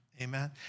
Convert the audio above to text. amen